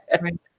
Right